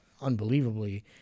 unbelievably